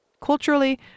Culturally